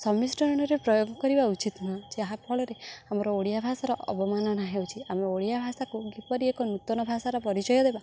ସମଷ୍ଟିକରଣରେ ପ୍ରୟୋଗ କରିବା ଉଚିତ ନୁହଁ ଯାହାଫଳରେ ଆମର ଓଡ଼ିଆ ଭାଷାର ଅବମାନନା ହେଉଛିି ଆମେ ଓଡ଼ିଆ ଭାଷାକୁ କିପରି ଏକ ନୂତନ ଭାଷାର ପରିଚୟ ଦେବା